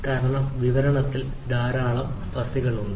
കാരണം വിവരണത്തിൽ ധാരാളം ഫസ്സികളുണ്ട്